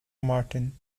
martin